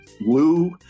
Lou